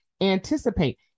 anticipate